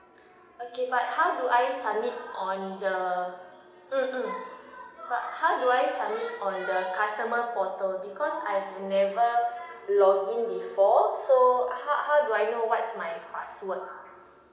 okay but how do I submit on the mm mm but how do I submit on the customer portal because I never log in before so how how do I know uh what's my password